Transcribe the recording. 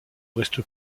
reste